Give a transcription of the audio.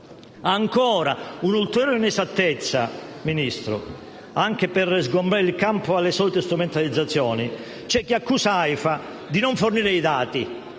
Cito un'ulteriore inesattezza, signora Ministro, anche per sgomberare il campo dalle solite strumentalizzazioni: c'è chi accusa Aifa di non fornire i dati